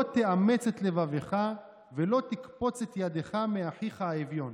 לא תאמץ את לבבך ולא תקפץ את ידך מאחיך האביון,